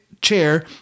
chair